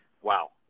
Wow